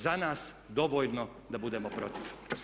Za nas dovoljno da budemo protiv.